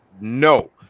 no